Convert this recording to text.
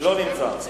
לא נמצא.